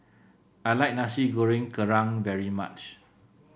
I like Nasi Goreng Kerang very much